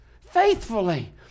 faithfully